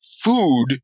food